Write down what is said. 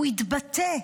הוא התבטא,